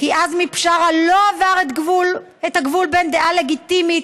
כי עזמי בשארה לא עבר את הגבול בין דעה לגיטימית